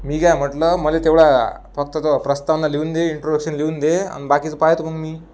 मी काय म्हटलं मला तेवढा फक्त तो प्रस्तावना लिहून दे इंट्रोडक्शन लिहून दे अन बाकीचं पाहातो मग मी